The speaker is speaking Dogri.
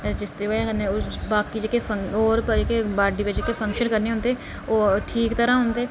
ते उसदी बजह कन्नै होर जेह्के बॉडी फंक्शन करदे ओह् ठीक तरह होंदे